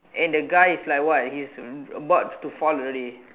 and the guy is like he's is is about to fall already